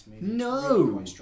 no